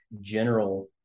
general